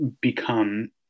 become